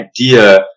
idea